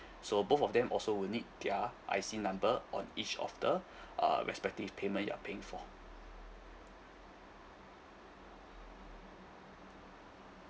so both of them also will need their I_C number on each of the err respective payment you are paying for